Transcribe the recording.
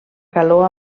calor